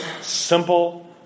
simple